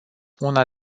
una